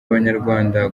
abanyarwanda